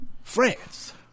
France